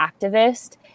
activist